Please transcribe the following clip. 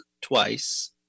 twice